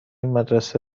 مدرسه